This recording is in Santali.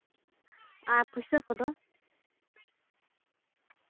ᱟᱨ ᱯᱩᱭᱥᱟᱹ ᱠᱚᱫᱚ